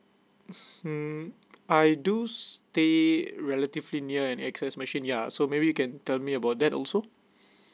um I do stay relatively near and access machine yup so maybe you can tell me about that also